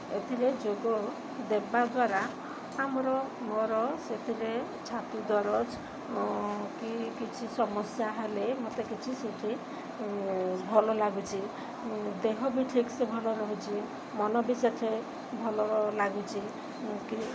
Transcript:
ଏଥିରେ ଯୋଗ ଦେବା ଦ୍ୱାରା ଆମର ମୋର ସେଥିରେ ଛାତି ଦରଜ ଓ କିଛି ସମସ୍ୟା ହେଲେ ମୋତେ କିଛି ସେଇଠି ଭଲ ଲାଗୁଛି ଦେହ ବି ଠିକ୍ସେ ଭଲ ରହୁଛି ମନ ବି ସେଇଠି ଭଲ ଲାଗୁଛି କି